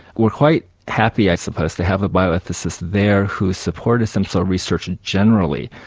were quite happy i suppose to have a bioethicist there who supported stem cell research and generally,